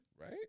Right